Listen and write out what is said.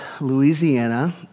Louisiana